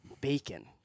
Bacon